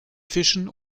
fischen